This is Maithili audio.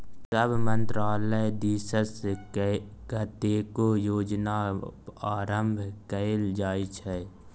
सभ मन्त्रालय दिससँ कतेको योजनाक आरम्भ कएल जाइत छै